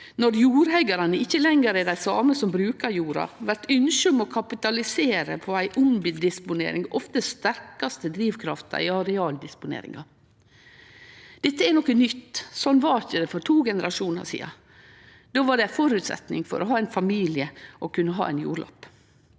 Når jordeigarane ikkje lenger er dei same som brukar jorda, blir ynsket om å kapitalisere på ei omdisponering ofte den sterkaste drivkrafta i arealdisponeringa. Dette er noko nytt. Slik var det ikkje for to generasjonar sidan. Då var det ein føresetnad for å ha ein familie å kunne ha ein jordlapp.